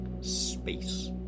space